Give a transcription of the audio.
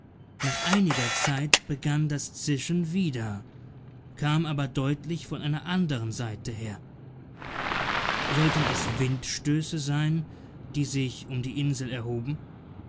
nach einiger zeit begann das zischen wieder kam aber deutlich von einer andern seite her sollten es windstöße sein die sich um die insel erhoben